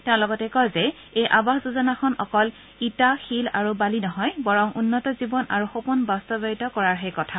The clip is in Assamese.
তেওঁ লগতে কয় যে এই আৱাস যোজনাখন অকল ইটা শিল আৰু বালি নহয় বৰং উন্নত জীৱন আৰু সপোন বাস্তৱায়িত কৰাৰহে কথা